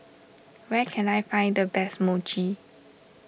where can I find the best Mochi